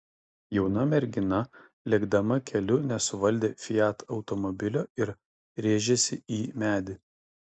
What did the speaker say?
jauna mergina lėkdama keliu nesuvaldė fiat automobilio ir rėžėsi į medį